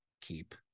keep